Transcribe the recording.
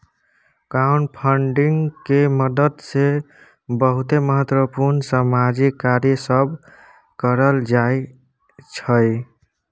crowdfunding के मदद से बहुते महत्वपूर्ण सामाजिक कार्य सब करल जाइ छइ